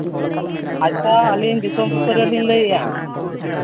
ᱟᱪᱪᱷᱟ ᱟᱹᱞᱤᱧ ᱫᱤᱥᱚᱢ ᱥᱩᱥᱟᱹᱨᱤᱭᱟᱹ ᱞᱤᱧ ᱞᱟᱹᱭᱮᱫᱼᱟ